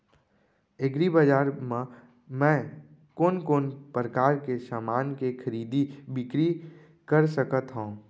एग्रीबजार मा मैं कोन कोन परकार के समान के खरीदी बिक्री कर सकत हव?